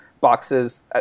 boxes